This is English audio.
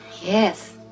Yes